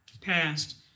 passed